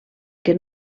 que